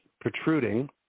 protruding